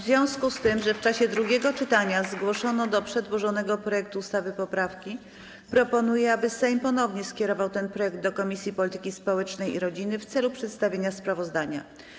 W związku z tym, że w czasie drugiego czytania zgłoszono do przedłożonego projektu ustawy poprawki, proponuję, aby Sejm ponownie skierował ten projekt do Komisji Polityki Społecznej i Rodziny w celu przedstawienia sprawozdania.